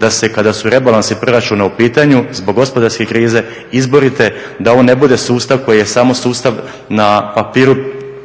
da se kada su rebalansi proračuna u pitanju zbog gospodarske krize izborite da ovo ne bude sustav koji je samo sustav na papiru